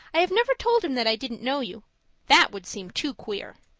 i have never told him that i didn't know you that would seem too queer!